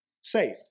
saved